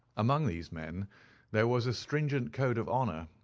among these men there was a stringent code of honour,